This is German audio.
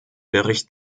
bericht